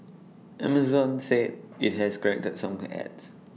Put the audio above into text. Amazon said IT has corrected some ads